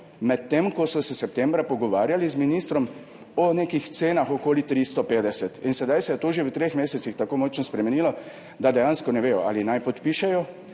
medtem ko so se septembra pogovarjali z ministrom o nekih cenah okoli 350. In sedaj se je to že v treh mesecih tako močno spremenilo, da dejansko ne vedo, ali naj podpišejo,